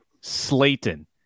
Slayton